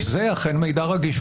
זה אכן מידע רגיש.